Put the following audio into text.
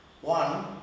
one